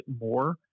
more